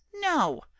no